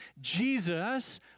Jesus